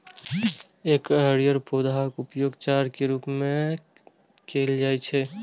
एकर हरियर पौधाक उपयोग चारा के रूप मे कैल जाइ छै